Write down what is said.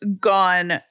gone